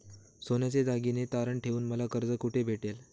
सोन्याचे दागिने तारण ठेवून मला कर्ज कुठे भेटेल?